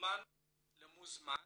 למוזמן